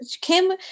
kim